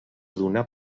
donar